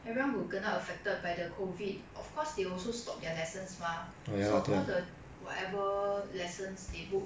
everyone who kena affected by the COVID of course they also stopped their lessons mah so all the whatever lessons they book